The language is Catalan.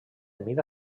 mida